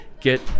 get